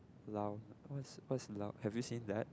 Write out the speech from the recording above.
lao what's what's lao have you seen that